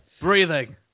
Breathing